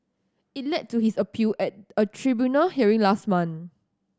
it led to his appeal at a tribunal hearing last month